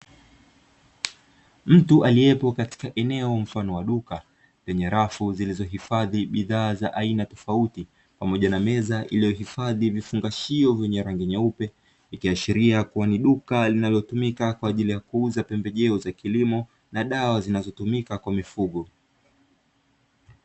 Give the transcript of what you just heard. Mtu aliyepo katika eneo mfano wa duka lenye rafu zilizohifadhi bidhaa za aina tofauti pamoja na meza iliyohifadhi vifungashio vyenye rangi nyeupe ikihashiria kuwa ni duka linalotumika kwa ajili ya kuuza pembejeo za kilimo na dawa zinazotumika kwa mifugo.